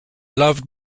loved